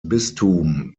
bistum